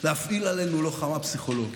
להפעיל עלינו לוחמה פסיכולוגית.